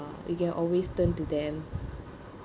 you can always turn to them